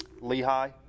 Lehigh